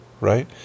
right